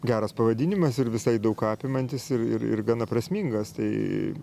geras pavadinimas ir visai daug apimantis ir ir ir gana prasmingas tai